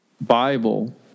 Bible